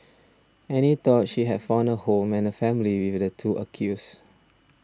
Annie thought she had found a home and a family with the two accused